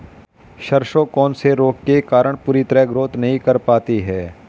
सरसों कौन से रोग के कारण पूरी तरह ग्रोथ नहीं कर पाती है?